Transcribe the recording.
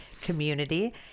community